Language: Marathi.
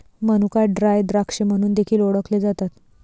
मनुका ड्राय द्राक्षे म्हणून देखील ओळखले जातात